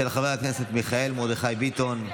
של חבר הכנסת מיכאל מרדכי ביטון.